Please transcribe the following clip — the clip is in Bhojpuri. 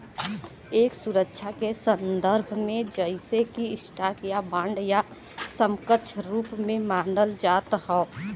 एक सुरक्षा के संदर्भ में जइसे कि स्टॉक या बांड या समकक्ष रूप में मानल जात हौ